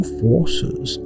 forces